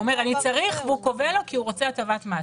הוא אומר הוא צריך והוא קובע לו כי הוא רוצה הטבת מס.